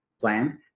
plan